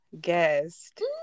guest